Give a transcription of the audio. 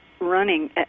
running